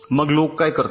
मग लोक काय करतात